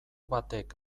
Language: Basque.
batek